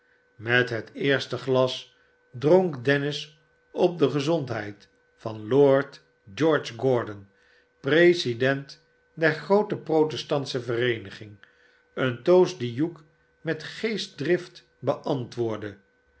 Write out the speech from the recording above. met het eerste glas dronk dennis op de gezondheid van lord george gordon president der groote protestantsche vereeniging r een toast dien hugh met geestdrift beantwoordde